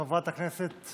חברת הכנסת